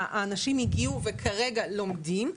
האנשים הגיעו, וכרגע לומדים.